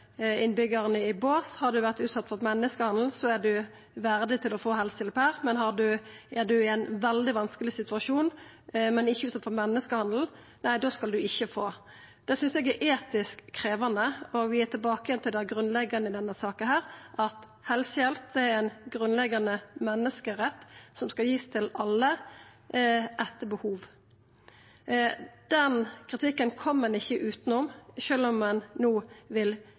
i bås. Har ein vore utsett for menneskehandel, er ein verdig til å få helsehjelp her, mens er ein i ein veldig vanskeleg situasjon, men ikkje har vore utsett for menneskehandel, får ein ikkje. Det synest eg er etisk krevjande, og vi er tilbake til det grunnleggjande i denne saka – at helsehjelp er ein grunnleggjande menneskerett som skal verta gitt til alle etter behov. Den kritikken kjem ein ikkje utanom, sjølv om ein no vil